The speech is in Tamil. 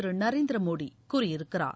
திரு நரேந்திர மோடி கூறியிருக்கிறார்